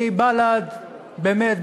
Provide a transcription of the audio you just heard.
מבל"ד באמת,